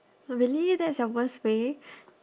oh really that's your worst way